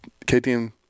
KTM